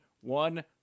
one